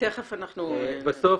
מיד אנחנו --- בסוף,